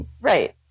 Right